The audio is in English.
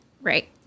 right